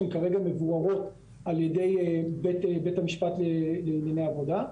שהן כרגע מבוררות על ידי בית המשפט לענייני עבודה,